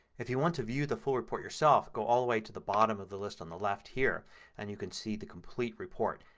if you want to view the full report yourself go all the way to the bottom of the list on the left here and you can see the complete report.